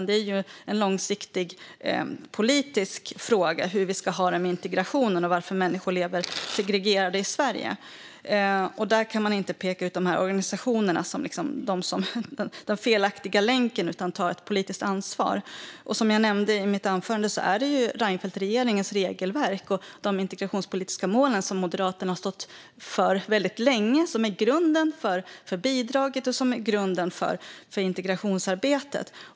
Det är en långsiktig politisk fråga som handlar om hur vi ska ha det med integrationen och varför människor lever segregerade i Sverige. Där kan man inte peka ut de här organisationerna som den felaktiga länken utan att ta ett politiskt ansvar. Som jag nämnde i mitt anförande är det Reinfeldtregeringens regelverk och de integrationspolitiska mål som Moderaterna har stått för väldigt länge som är grunden för bidraget och integrationsarbetet.